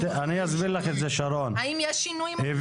האם יש שינויים?